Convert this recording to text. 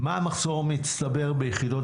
מה המחסור המצטבר ביחידות